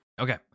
Okay